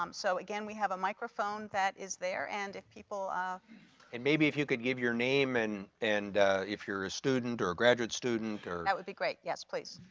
um so again we have a microphone that is there, and if people are and maybe if you could give your name and and if you're a student or a graduate student or that would be great, yes please.